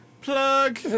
Plug